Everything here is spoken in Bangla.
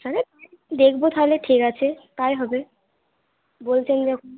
হ্যাঁ দেখব তাহলে ঠিক আছে তাই হবে বলছেন যখন